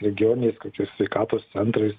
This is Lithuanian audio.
regioniniais kokiais sveikatos centrais